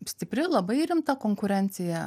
stipri labai rimta konkurencija